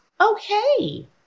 Okay